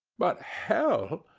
but hell!